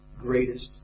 greatest